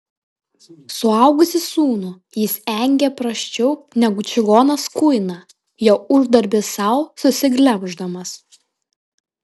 suaugusį sūnų jis engė prasčiau negu čigonas kuiną jo uždarbį sau susiglemždamas